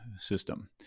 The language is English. system